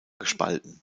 gespalten